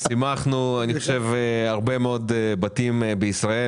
אני חושב ששימחנו הרבה מאוד בתים בישראל